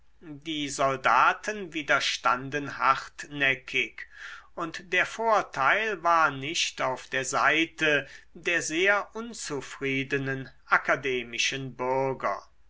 die soldaten widerstanden hartnäckig und der vorteil war nicht auf der seite der sehr unzufriedenen akademischen bürger